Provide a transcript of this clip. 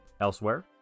Elsewhere